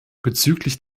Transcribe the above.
bezüglich